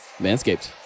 Manscaped